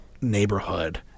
neighborhood